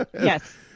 yes